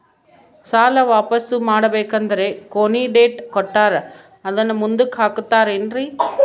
ಸಾಲ ವಾಪಾಸ್ಸು ಮಾಡಬೇಕಂದರೆ ಕೊನಿ ಡೇಟ್ ಕೊಟ್ಟಾರ ಅದನ್ನು ಮುಂದುಕ್ಕ ಹಾಕುತ್ತಾರೇನ್ರಿ?